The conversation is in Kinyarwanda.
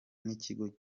n’ikigo